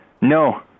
No